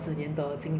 let me think first